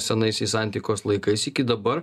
senaisiais antikos laikais iki dabar